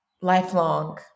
lifelong